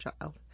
child